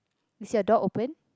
is your door open